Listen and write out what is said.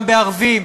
גם בערבים,